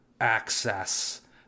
access